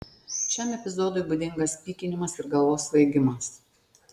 šiam epizodui būdingas pykinimas ir galvos svaigimas